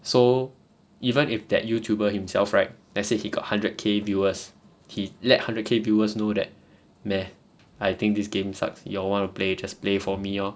so even if that youtuber himself right let's say he got hundred K viewers he led hundred K viewers know that meh I think this game sucks you all wanna play just play for me lor